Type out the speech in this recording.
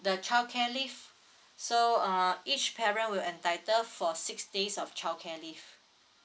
the childcare leave so uh each parent will entitled for six days of childcare leave